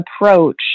approach